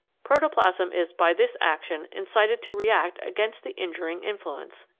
protoplasm is by this action incited to react against the injuring influence.